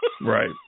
Right